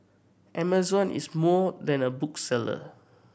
Amazon is more than a bookseller